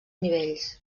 nivells